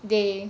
they